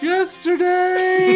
Yesterday